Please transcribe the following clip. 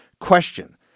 Question